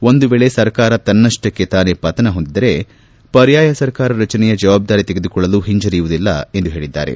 ಒಂದು ವೇಳೆ ಸರ್ಕಾರ ತನ್ನಷ್ಟಕ್ಕೆ ತಾನೇ ಪತನ ಹೊಂದಿದ್ದರೆ ಪರ್ಯಾಯ ಸರ್ಕಾರ ರಚನೆಯ ಜವಾಬ್ದಾರಿ ತೆಗೆದುಕೊಳ್ಳಲು ಹಿಂಜರಿಯುವುದಿಲ್ಲ ಎಂದು ಹೇಳದ್ದಾರೆ